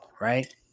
right